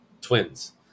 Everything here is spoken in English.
twins